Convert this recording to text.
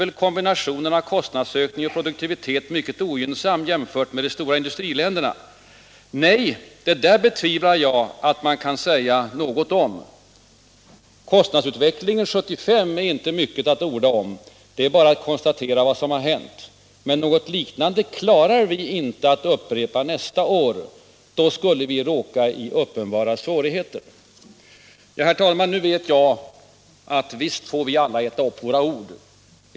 Men kombinationen kostnadsökning och produktivitet gör väl att prognosen blir mycket ogynnsam, jämfört med de stora industriländerna? ”Nej, det där betvivlar jag att man kan säga något om. Kostnadsutvecklingen 1975 är inte mycket att orda om. Det är bara att konstatera vad som har hänt. Men något liknande klarar vi inte att upprepa nästa år. Då skulle vi råka i uppenbara svårigheter.” Herr talman! Nu vet jag att visst får vi alla äta upp våra ord.